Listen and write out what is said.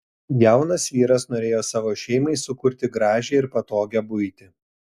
jaunas vyras norėjo savo šeimai sukurti gražią ir patogią buitį